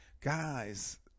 guys